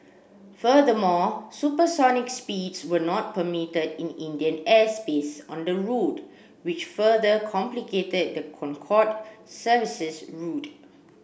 furthermore supersonic speeds were not permitted in Indian airspace on the route which further complicated the Concorde service's route